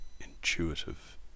intuitive